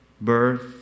Birth